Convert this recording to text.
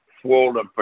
swollen